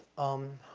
um,